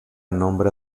nombre